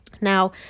Now